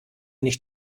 nicht